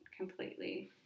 completely –